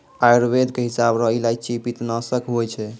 आयुर्वेद के हिसाब रो इलायची पित्तनासक हुवै छै